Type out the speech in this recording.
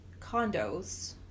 condos